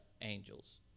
angels